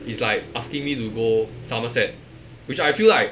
is like asking me to go somerset which I feel like